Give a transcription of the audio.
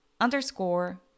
underscore